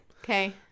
Okay